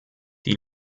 die